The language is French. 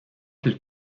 plus